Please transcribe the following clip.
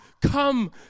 Come